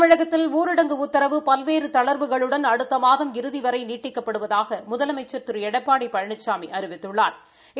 தமிழகத்தில் ஊரடங்கு உத்தரவு பல்வேறு தளர்வுகளுடன் அடுத்த மாதம் இறுதி வரை நீட்டிக்கப்படுவதாக முதலமைச்சா் திரு எடப்பாடி பழனிசாமி அறிவித்துள்ளாா்